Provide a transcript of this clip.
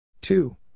Two